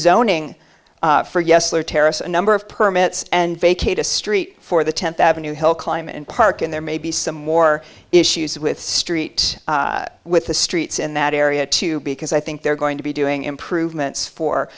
terrace a number of permits and vacate a street for the tenth avenue hill climb and park and there may be some more issues with street with the streets in that area too because i think they're going to be doing improvements for